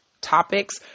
topics